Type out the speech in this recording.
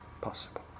possible